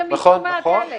נכון.